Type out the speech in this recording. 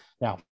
Now